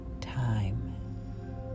time